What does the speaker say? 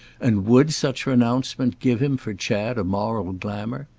and would such renouncement give him for chad a moral glamour?